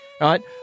right